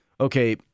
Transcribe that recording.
okay